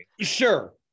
sure